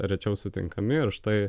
rečiau sutinkami ir štai